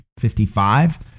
55